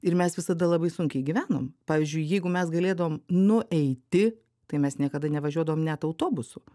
ir mes visada labai sunkiai gyvenom pavyzdžiui jeigu mes galėdavom nueiti tai mes niekada nevažiuodavom net autobusu